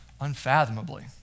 unfathomably